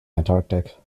antarctic